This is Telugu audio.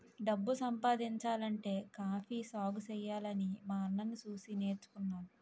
డబ్బు సంపాదించాలంటే కాఫీ సాగుసెయ్యాలని మా అన్నని సూసి నేర్చుకున్నాను